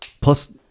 Plus